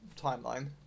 Timeline